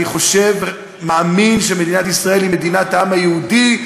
אני חושב ומאמין שמדינת ישראל היא מדינת העם היהודי,